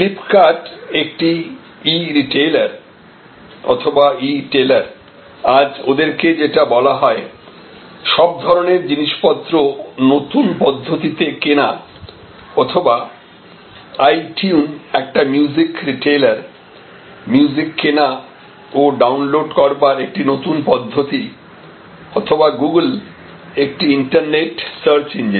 Flipkart একটি e retailer অথবা e tailer আজ ওদেরকে যেটা বলা হয় সব ধরনের জিনিসপত্র নতুন পদ্ধতিতে কেনা অথবা আইটিউন একটি মিউজিক রিটেলার মিউজিক কেনা ও ডাউনলোড করবার একটি নতুন পদ্ধতি অথবা গুগোল একটি ইন্টারনেট সার্চ ইঞ্জিন